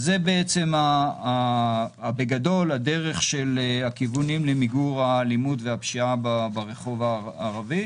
זה בגדול הדרך של הכיוונים למיגור האלימות והפשיעה ברחוב הערבי.